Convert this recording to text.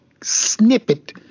snippet